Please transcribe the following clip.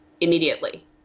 immediately